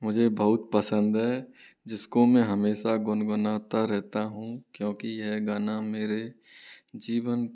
मुझे बहुत पसंद है जिस को मैं हमेशा गुनगुनाता रहता हूँ क्योंकि यह गाना मेरे जीवन